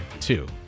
two